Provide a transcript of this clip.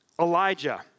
Elijah